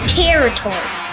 territory